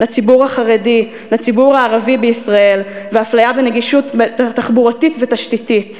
לציבור החרדי ולציבור הערבי בישראל ואפליה בנגישות תחבורתית ותשתיתית,